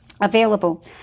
available